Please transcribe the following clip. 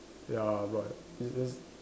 ya but it it's